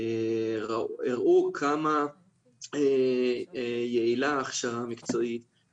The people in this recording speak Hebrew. הראה כמה יעילה ההכשרה המקצועית באחוזי ההצלחה.